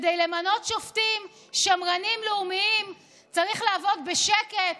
כדי למנות שופטים שמרנים לאומיים צריך לעבוד בשקט,